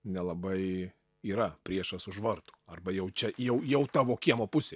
nelabai yra priešas už vartų arba jau čia jau jau tavo kiemo pusėj